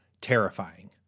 terrifying